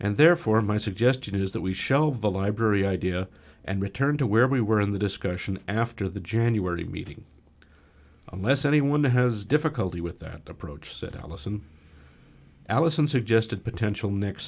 and therefore my suggestion is that we shelve the library idea and return to where we were in the discussion after the january meeting unless anyone has difficulty with that approach said allison allison suggested potential next